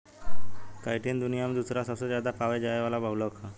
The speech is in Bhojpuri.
काइटिन दुनिया में दूसरा सबसे ज्यादा पावल जाये वाला बहुलक ह